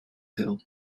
hill